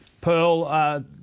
Pearl